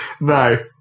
No